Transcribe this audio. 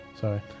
Sorry